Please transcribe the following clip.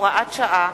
הוראת שעה),